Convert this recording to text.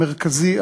המרכזי,